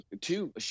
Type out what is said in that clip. two